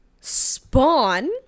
Spawn